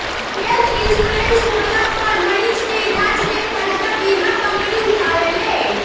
health insurance होला पर मरीज के इलाज के खर्चा बीमा कंपनी उठावेले